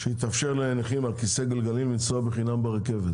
שיתאפשר לנכים בכיסא גלגלים לנסוע בחינם ברכבת